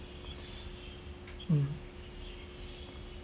mm